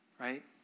right